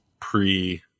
pre